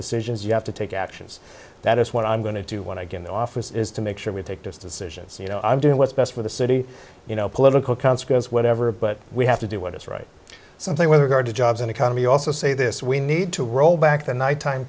decisions you have to take actions that is what i'm going to do when i get in office is to make sure we take decisions you know i'm doing what's best for the city you know political consequence whatever but we have to do what is right something with regard to jobs and economy also say this we need to roll back the nighttime